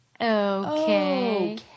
okay